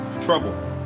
trouble